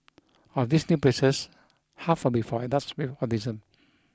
of these new places half will be for adults with autism